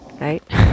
right